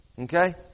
Okay